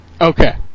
Okay